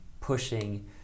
pushing